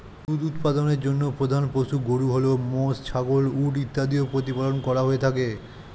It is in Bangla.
দুধ উৎপাদনের জন্য প্রধান পশু গরু হলেও মোষ, ছাগল, উট ইত্যাদিও প্রতিপালন করা হয়ে থাকে